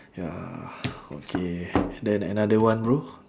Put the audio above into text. ya okay and then another one bro